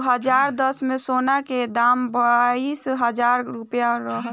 दू हज़ार दस में, सोना के दाम बाईस हजार रुपिया रहल